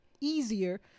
easier